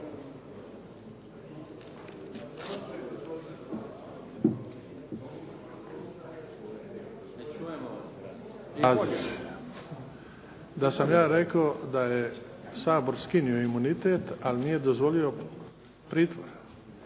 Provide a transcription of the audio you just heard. da sam ja rekao da je Sabor skinuo imunitet, ali nije dozvolio pritvor.